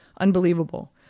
Unbelievable